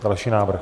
Další návrh.